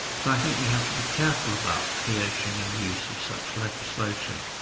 so i think we have to be careful about the creation and use of such legislation.